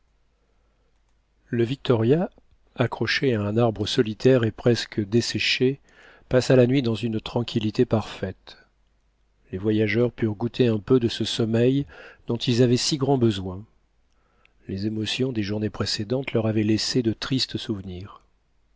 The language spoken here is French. le victoria accroché à un arbre solitaire et presque desséché passa la nuit dans une tranquillité parfaite les voyageurs purent goûter un peu de ce sommeil dont ils avaient si grand besoin les émotions des journées précédentes leur avaient laissé de tristes souvenirs